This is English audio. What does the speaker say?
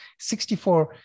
64